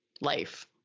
life